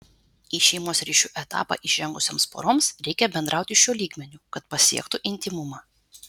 į šeimos ryšių etapą įžengusioms poroms reikia bendrauti šiuo lygmeniu kad pasiektų intymumą